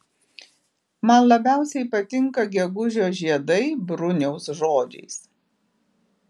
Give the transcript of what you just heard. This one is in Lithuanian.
man labiausiai patinka gegužio žiedai bruniaus žodžiais